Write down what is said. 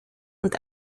und